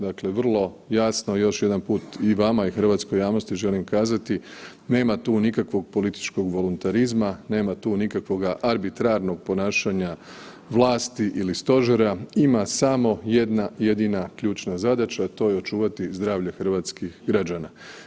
Dakle, vrlo jasno još jedan put i vama i hrvatskoj javnosti želim kazati nema tu nikakvog političkog voluntarizma, nema tu nikakvog arbitrarnog ponašanja vlasti ili stožera, ima samo jedna jedina ključna zadaća, a to je očuvati zdravlje hrvatskih građana.